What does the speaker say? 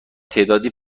تعدادی